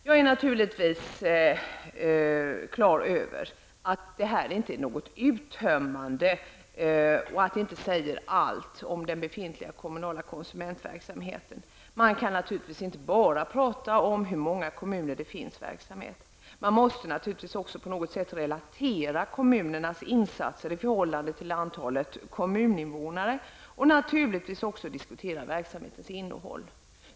Jag är naturligtvis på det klara med att denna undersökning inte är uttömmande och att den inte säger allt om den befintliga kommunala konsumentverksamheten. Man kan naturligtvis inte bara prata om i hur många kommuner det finns verksamhet. Man måste också på något sätt relatera kommunernas insatser till antalet kommuninvånare och dessutom diskutera verksamhetens innehåll.